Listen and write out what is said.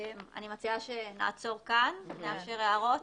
אני מציעה שנאפשר הערות.